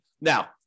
Now